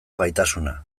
gaitasuna